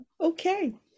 okay